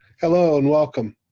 hello, and welcome!